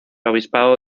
obispado